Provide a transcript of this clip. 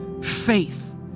Faith